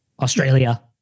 Australia